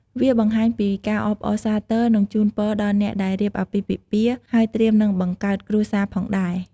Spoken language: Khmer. វាបង្ហាញពីការអបអរសាទរ និងជូនពរដល់អ្នកដែលរៀបអាពាហ៍ពិពាហ៍ ហើយត្រៀមនឹងបង្កើតគ្រួសារផងដែរ។